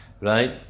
right